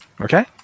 Okay